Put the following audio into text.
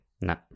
no